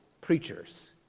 preachers